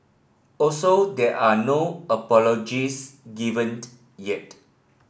also there are no apologies yet